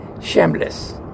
shameless